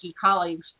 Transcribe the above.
colleagues